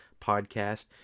podcast